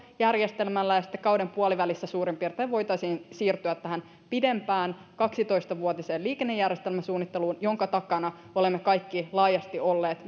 järjestelmällä ja sitten kauden puolivälissä suurin piirtein voitaisiin siirtyä tähän pidempään kaksitoista vuotiseen liikennejärjestelmäsuunnitteluun jonka takana olemme kaikki laajasti olleet